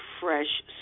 fresh